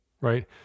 right